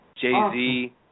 Jay-Z